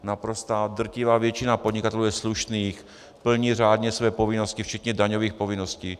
Naprostá drtivá většina podnikatelů je slušných, plní řádně své povinnosti, včetně daňových povinností.